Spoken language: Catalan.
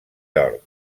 york